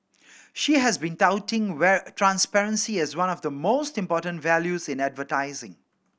she has been touting transparency as one of the most important values in advertising